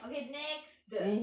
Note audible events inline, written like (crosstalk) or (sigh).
okay next (noise)